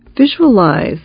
Visualize